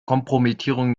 kompromittierung